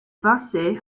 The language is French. basé